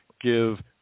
give